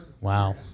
Wow